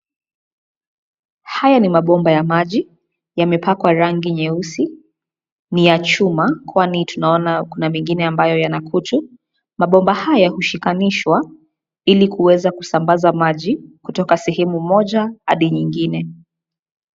Haya ni mabomba ya maji yamepakwa rangi nyeusi, ni ya chuma kwani tunaona kuna mengine yana kutu. Mabomba haya hushikanishwa ili kuweza kusambaza maji kutoka sehemu moja hadi nyingine.